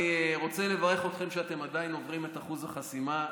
אני רוצה לברך אתכם שאתם עדיין עוברים את אחוז החסימה,